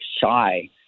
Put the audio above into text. shy